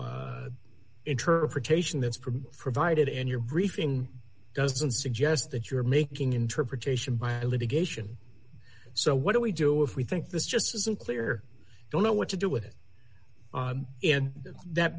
no interpretation that's from provided in your briefing doesn't suggest that you're making interpretation by litigation so what do we do if we think this just isn't clear don't know what to do with it and that